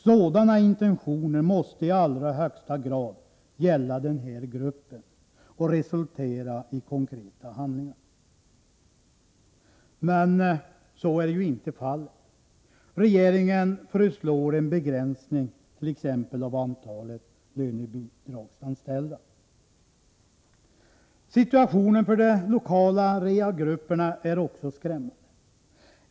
Sådana intentioner måste i allra högsta grad gälla den här gruppen och resultera i konkreta handlingar. Men så är ju inte fallet. Regeringen föreslår en begränsning t.ex. av antalet lönebidragsanställda. Situationen för de lokala rehabgrupperna är också skrämmande.